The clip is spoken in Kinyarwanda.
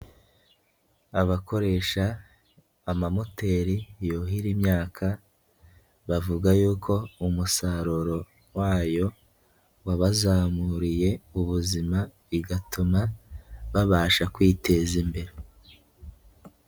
Abakoresha amamoteri yuhira imyaka bavuga yuko umusaruro wayo wabazamuriye ubuzima bigatuma babasha kwiteza imbere.